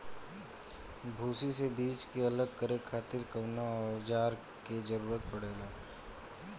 भूसी से बीज के अलग करे खातिर कउना औजार क जरूरत पड़ेला?